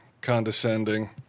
condescending